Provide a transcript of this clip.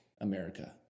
America